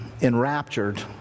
enraptured